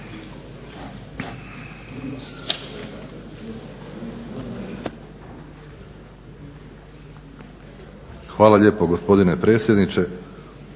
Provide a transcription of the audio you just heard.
Hvala lijepo gospodine potpredsjedniče.